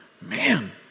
Man